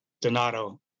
Donato